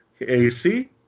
AC